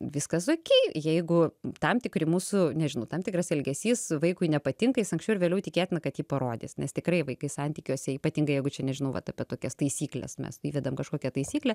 viskas okei jeigu tam tikri mūsų nežinau tam tikras elgesys vaikui nepatinka jis anksčiau ar vėliau tikėtina kad jį parodys nes tikrai vaikai santykiuose ypatingai jeigu čia nežinau vat apie tokias taisykles mes įvedam kažkokią taisyklę